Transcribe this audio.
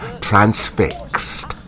transfixed